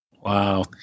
Wow